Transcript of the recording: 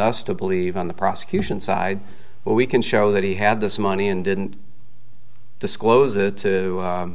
us to believe on the prosecution side but we can show that he had this money and didn't disclose it to